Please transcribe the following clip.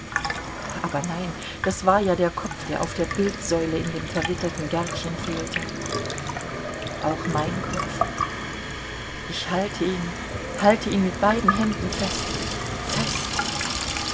aber nein das war ja der kopf der auf der bildsäule in dem verwitterten gärtchen fehlte auch mein kopf ich halte ihn ich halte ihn mit beiden händen fest fest